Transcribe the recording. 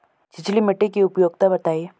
छिछली मिट्टी की उपयोगिता बतायें?